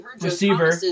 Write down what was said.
receiver